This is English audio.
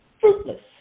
fruitless